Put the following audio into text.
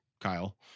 Kyle